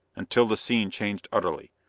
until the scene changed utterly.